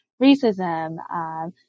racism